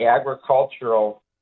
agricultural